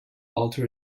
alter